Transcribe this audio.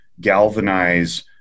galvanize